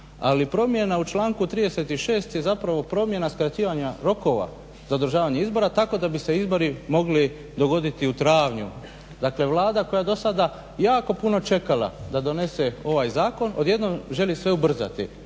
Ali promjena u članku 36. je zapravo promjena skraćivanja rokova za održavanje izbora, tako da bi se izbori mogli dogoditi u travnju. Dakle, Vlada koja je do sada jako puno čekala da donese ovaj zakon, odjednom želi sve ubrzati